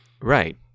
Right